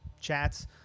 chats